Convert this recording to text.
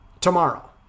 Tomorrow